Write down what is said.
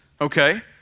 okay